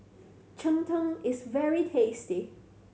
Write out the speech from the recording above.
cheng tng is very tasty